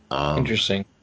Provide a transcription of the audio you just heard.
Interesting